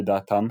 לדעתם,